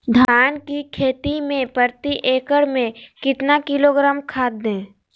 धान की खेती में प्रति एकड़ में कितना किलोग्राम खाद दे?